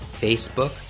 Facebook